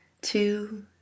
Two